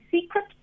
secret